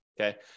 okay